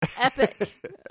Epic